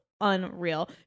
Unreal